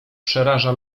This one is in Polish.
przeraża